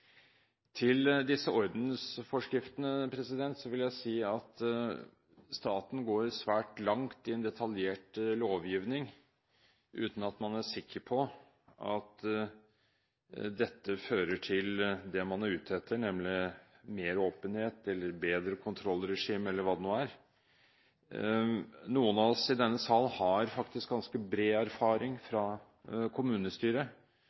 Til disse ordensforskriftene vil jeg si at staten går svært langt i en detaljert lovgivning, uten at man er sikker på at dette fører til det man er ute etter – mer åpenhet, bedre kontrollregime eller hva det nå er. Noen av oss i denne sal har faktisk ganske bred erfaring fra kommunestyret.